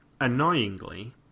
annoyingly